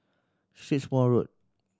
Strathmore Road